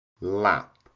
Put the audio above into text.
lap